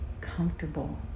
comfortable